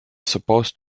supposed